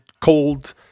cold